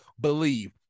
BELIEVE